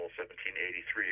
1783